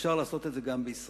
ואפשר לעשות את זה גם בישראל.